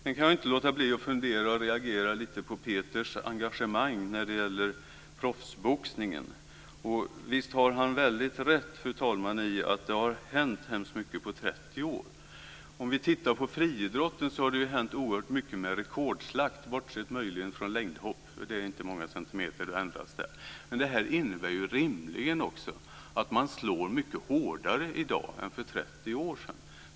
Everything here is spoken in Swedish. Jag kan inte låta bli att fundera och reagera lite grann på Peter Pedersens engagemang när det gäller proffsboxningen. Visst har han väldigt rätt, fru talman, i att det har hänt väldigt mycket på 30 år. Om vi tittar på friidrotten så har det hänt oerhört mycket med rekordslakt, möjligen bortsett från längdhopp där rekordet inte har ändrats många centimeter. Men detta innebär ju rimligen också att man slår mycket hårdare i dag än för 30 år sedan.